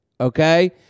okay